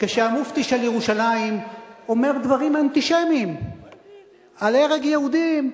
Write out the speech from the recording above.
כשהמופתי של ירושלים אומר דברים אנטישמיים על הרג יהודים,